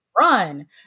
run